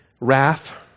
wrath